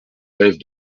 rêve